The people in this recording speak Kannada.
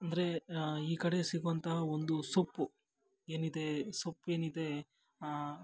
ಅಂದರೆ ಈ ಕಡೆ ಸಿಗುವಂತಹ ಒಂದು ಸೊಪ್ಪು ಏನಿದೆ ಸೊಪ್ಪೇನಿದೆ